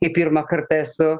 į pirmą kartą esu